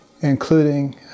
including